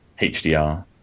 HDR